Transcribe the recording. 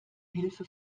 hilfe